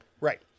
Right